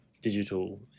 digital